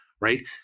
right